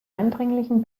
eindringlichen